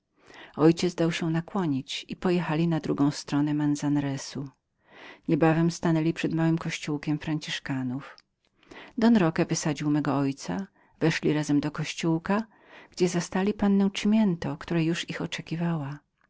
ojciec dał się nakłonić i pojechali na drugą stronę manzanaresu niebawem stanęli przed małym kościołkiem franciszkanów don roque wysadził mego ojca weszli do kościołka i zastali pannę cimiento która już na nich oczekiwała